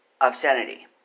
obscenity